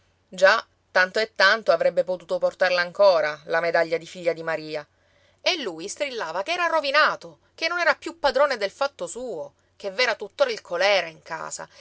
già tanto e tanto avrebbe potuto portarla ancora la medaglia di figlia di maria e lui strillava che era rovinato che non era più padrone del fatto suo che v'era tuttora il colèra in casa